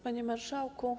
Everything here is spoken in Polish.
Panie Marszałku!